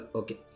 okay